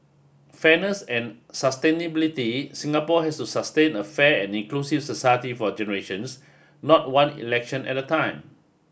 fairness and sustainability Singapore has to sustain a fair and inclusive society for generations not one election at a time